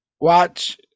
watch